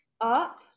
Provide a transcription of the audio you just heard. up